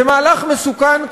זה מהלך מסוכן,